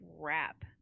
crap